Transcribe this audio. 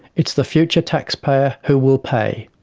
it's the future taxpayer who will pay.